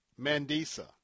Mandisa